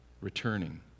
returning